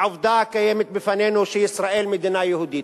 העובדה הקיימת בפנינו שישראל מדינה יהודית,